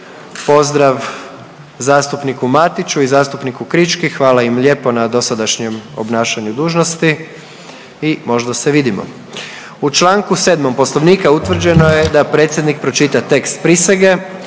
Pozdrav zastupniku Matiću i zastupniku Krički, hvala im lijepo na dosadašnjem obnašanju dužnosti i možda se vidimo. U čl. 7. Poslovnika utvrđeno je da predsjednik pročita tekst prisege,